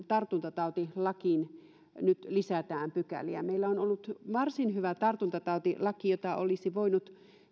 tartuntatautilakiin nyt lisätään pykäliä meillä on ollut varsin hyvä tartuntatautilaki jota olisi voinut